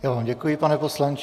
Já vám děkuji, pane poslanče.